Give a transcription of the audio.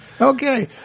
Okay